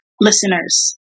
listeners